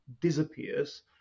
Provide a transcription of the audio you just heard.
disappears